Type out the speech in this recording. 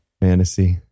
Fantasy